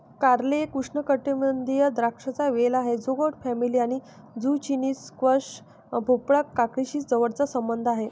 कारले एक उष्णकटिबंधीय द्राक्षांचा वेल आहे जो गोड फॅमिली आणि झुचिनी, स्क्वॅश, भोपळा, काकडीशी जवळचा संबंध आहे